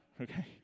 Okay